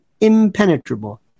impenetrable